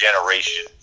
generation